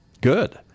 Good